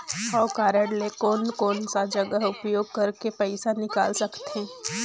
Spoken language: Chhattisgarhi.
हव कारड ले कोन कोन सा जगह उपयोग करेके पइसा निकाल सकथे?